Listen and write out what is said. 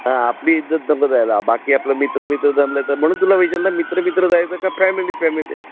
हा आपली इज्जत नको जायला बाकी आपलं मित्र मित्र जमलं तर म्हणून तुला विचारलं मित्र मित्र जायचं का फॅमिली फॅमिली